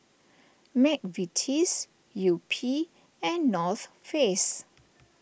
Mcvitie's Yupi and North Face